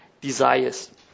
desires